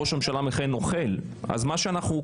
מניח שלמעלה ממחצית אזרחי המדינה מודאגים